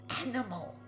animal